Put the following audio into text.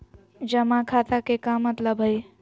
जमा खाता के का मतलब हई?